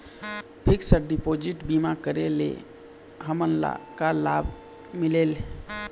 Fix deposit बीमा करे ले हमनला का लाभ मिलेल?